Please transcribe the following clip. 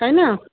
তাই না